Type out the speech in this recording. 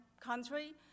country